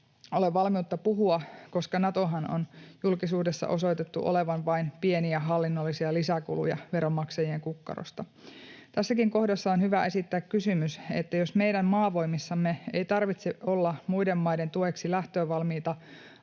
ole valmiutta puhua, koska Natonhan on julkisuudessa osoitettu olevan vain pieniä hallinnollisia lisäkuluja veronmaksajien kukkarosta. Tässäkin kohdassa on hyvä esittää se kysymys, että jos meidän maavoimissamme ei tarvitse olla muiden maiden tueksi lähtövalmiita,